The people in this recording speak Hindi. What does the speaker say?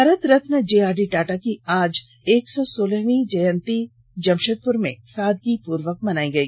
Bharat Ratna J R D Tata की आज एक सौ सोलहवीं जयंती जमशेदपुर में सादगीपूर्वक मनाई गई